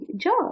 job